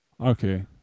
okay